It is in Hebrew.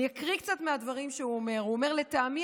אני אקריא קצת מהדברים שהוא אומר: "לטעמי,